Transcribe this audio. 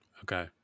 Okay